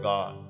God